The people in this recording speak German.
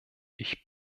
ich